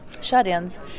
shut-ins